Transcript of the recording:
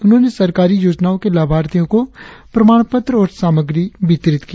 उन्होंने सरकारी योजनाओं के लाभार्थियों को प्रमाणपत्र और सामाग्री वितरित किया